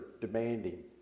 demanding